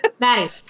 Maddie